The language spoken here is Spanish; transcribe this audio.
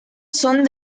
son